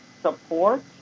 support